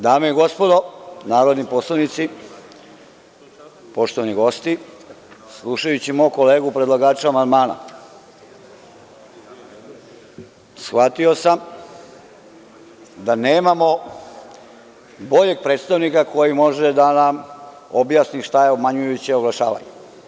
Dame i gospodo narodni poslanici, poštovani gosti, slušajući mog kolegu predlagača amandmana, shvatio sam da nemamo boljeg predstavnika koji može da nam objasni šta je obmanjujuće oglašavanje.